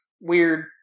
weird